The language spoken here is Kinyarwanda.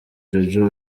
jojo